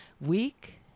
week